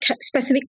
specific